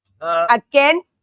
again